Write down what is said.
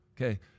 Okay